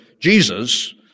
Jesus